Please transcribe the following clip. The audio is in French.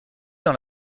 dans